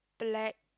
black